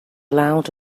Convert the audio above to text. loud